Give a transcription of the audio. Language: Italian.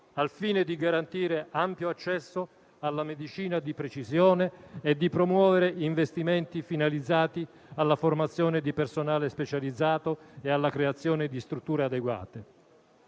al fine di garantire ampio accesso alla medicina di precisione e di promuovere investimenti finalizzati alla formazione di personale specializzato e alla creazione di strutture adeguate.